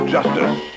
Justice